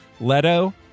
Leto